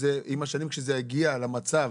שזה עם השנים כשזה יגיע למצב.